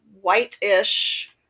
white-ish